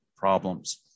Problems